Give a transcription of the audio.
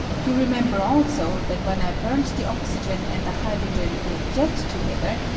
you remember also that when i burnt the oxygen and the hydrogen in a jet together,